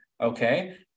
okay